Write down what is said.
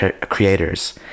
creators